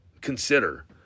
Consider